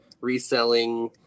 reselling